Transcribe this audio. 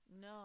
No